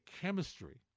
chemistry